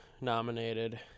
nominated